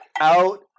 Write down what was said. out